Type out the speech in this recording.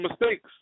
mistakes